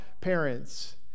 parents